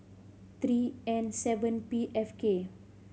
three N seven P F K